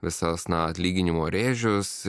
visas na atlyginimo rėžius